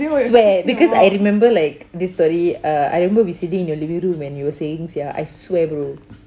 I swear because I remember like this story uh I remember we sitting in your living room and you were saying sia I swear bro